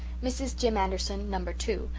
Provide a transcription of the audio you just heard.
mrs. jim anderson, number two,